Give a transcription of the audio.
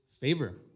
Favor